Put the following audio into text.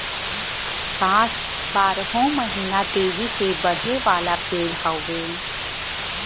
बांस बारहो महिना तेजी से बढ़े वाला पेड़ हउवे